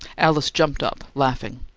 alice jumped up, laughing.